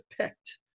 picked